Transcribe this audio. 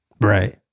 Right